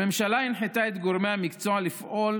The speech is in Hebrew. הממשלה הנחתה את גורמי המקצוע לפעול